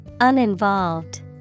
Uninvolved